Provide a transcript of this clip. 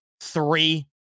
three